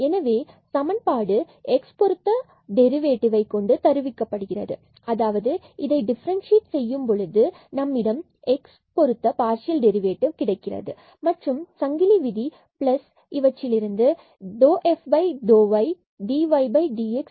எனவே இந்த சமன்பாடு x பொருத்த டெரிவேட்டிவ்ஐ கொண்டு தருவிக்கப்படுகிறது அதாவது இதை டிஃபரண்ட்சியேட் செய்யும்பொழுது நம்மிடம் x பொருத்த பார்சியல் டெரிவேட்டிவ் கிடைக்கிறது மற்றும் சங்கிலி விதி பிளஸ் இது ∂f∂ydydx0